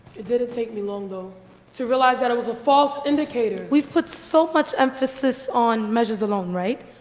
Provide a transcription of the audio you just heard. it didn't take me long though to realize that it was a false indicator. we've put so much emphasis on measures alone, right?